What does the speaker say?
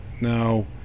now